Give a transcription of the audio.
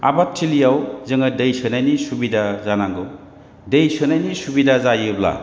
आबाद थिलियाव जोङो दै सोनायनि सुबिदा जानांगौ दै सोनायनि सुबिदा जायोब्ला